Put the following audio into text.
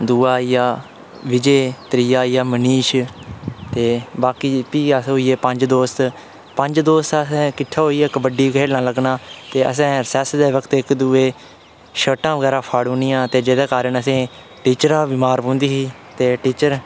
दूआ आइया विजय त्रीया आइया मनीष बाकी बी अस होइयै पंज दोस्त पंज दोस्त असें किट्ठे होइयै कबड्डी खेढन लग्गना ते असें रेसेस दे वक्त इक्क दूऐ दियां शर्टां बगैरा फाटू नेआं जेह्दे कारण असेंगी टीचरा कशा बी मार पौंदी ही ते टीचर